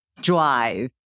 drive